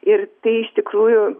ir tai iš tikrųjų